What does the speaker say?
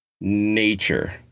nature